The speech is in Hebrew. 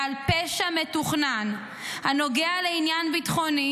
על פשע מתוכנן הנוגע לעניין ביטחוני,